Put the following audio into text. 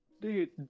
Dude